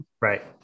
Right